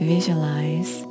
Visualize